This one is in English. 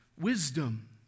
wisdom